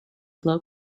low